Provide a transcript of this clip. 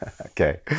Okay